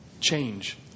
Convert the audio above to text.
change